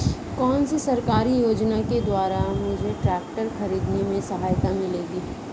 कौनसी सरकारी योजना के द्वारा मुझे ट्रैक्टर खरीदने में सहायता मिलेगी?